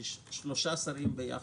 שלושה שרים ביחד,